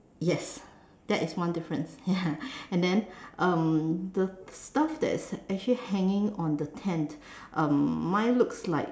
yes that is one difference ya and then um the stuff that is actually hanging on the tent um mine looks like